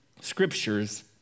scriptures